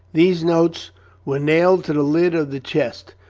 these notes were nailed to the lid of the chest,